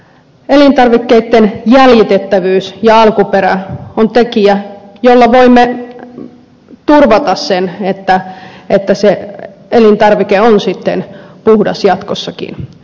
elintarvikkeitten jäljitettävyys ja alkuperä ovat tekijöitä joilla voimme turvata sen että elintarvike on sitten puhdas jatkossakin